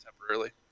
temporarily